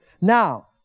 now